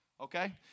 okay